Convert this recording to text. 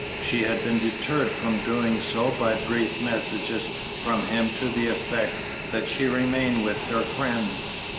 she had been deterred from doing so by brief messages from him to the effect that she remain with her friends,